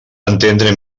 entendre